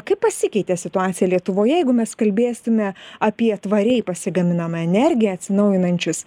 kaip pasikeitė situacija lietuvoje jeigu mes kalbėsime apie tvariai pasigaminamą energiją atsinaujinančius